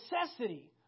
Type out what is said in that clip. necessity